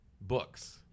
books